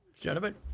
gentlemen